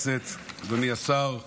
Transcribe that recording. הנושא הבא על